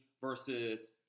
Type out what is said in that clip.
versus